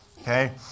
Okay